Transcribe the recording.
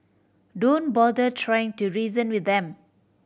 don't bother trying to reason with them